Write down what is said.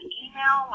email